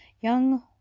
Young